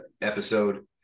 episode